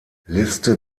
liste